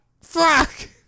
Fuck